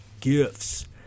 Gifts